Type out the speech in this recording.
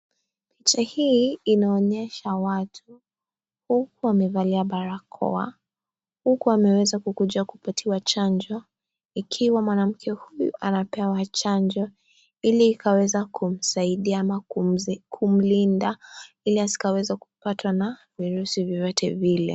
Picha hii inaonyesha watu, huku wamevalia barakoa. Huku wameweza kukuja kupatiwa chanjo. Ikiwa mwanamke huyu anapewa chanjo ili ikaweza kumsaidia ama kumlinda ili asikaweze kupatwa na virusi vyovyote vile.